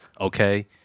Okay